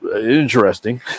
interesting